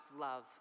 love